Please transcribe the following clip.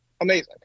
amazing